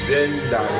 Zenda